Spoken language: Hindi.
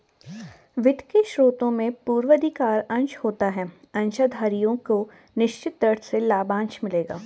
वित्त के स्रोत में पूर्वाधिकार अंश होता है अंशधारियों को निश्चित दर से लाभांश मिलेगा